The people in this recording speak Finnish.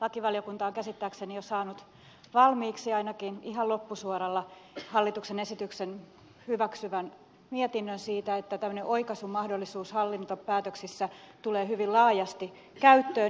lakivaliokunta on käsittääkseni jo saanut valmiiksi tai ainakin on ihan loppusuoralla hallituksen esityksen hyväksyvän mietinnön siitä että tämmöinen oikaisumahdollisuus hallintopäätöksissä tulee hyvin laajasti käyttöön